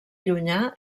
llunyà